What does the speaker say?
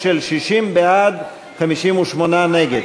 60 בעד, 58 נגד.